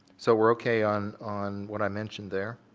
so we're okay on on what i mentioned there.